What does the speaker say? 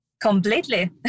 completely